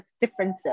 differences